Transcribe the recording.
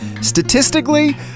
statistically